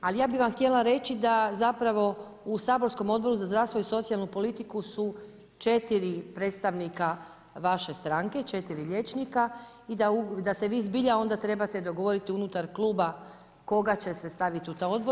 Ali, ja bi vam htjela reći, da zapravo u saborskom Odboru za zdravstvo i socijalnu politiku su 4 predstavnika vaše stranke, 4 liječnika i da se vi zbilja onda trebate dogovoriti unutar kluba, koga će se staviti u taj odbor.